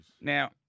Now